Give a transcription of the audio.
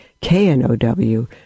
K-N-O-W